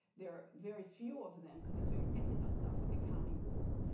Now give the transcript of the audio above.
there are very few of them because it's very technical stuff, like accounting rules.